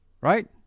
Right